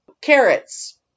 carrots